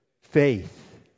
faith